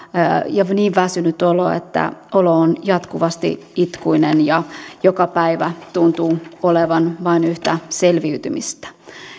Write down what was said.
ja on niin väsynyt olo että olo on jatkuvasti itkuinen ja joka päivä tuntuu olevan vain yhtä selviytymistä